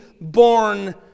born